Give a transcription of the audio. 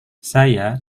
saya